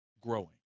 growing